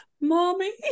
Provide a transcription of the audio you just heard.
mommy